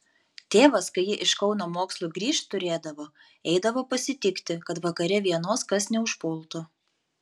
tėvas kai ji iš kauno mokslų grįžt turėdavo eidavo pasitikti kad vakare vienos kas neužpultų